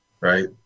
right